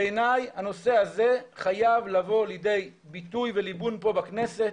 בעיניי הנושא הזה חייב לבוא לידי ביטוי וליבון פה בכנסת.